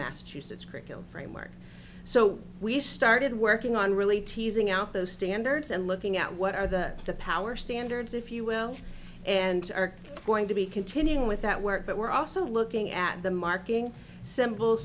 massachusetts curriculum framework so we started working on really teasing out those standards and looking at what are the the power standards if you will and are going to be continuing with that work but we're also looking at the marking symbols